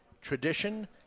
tradition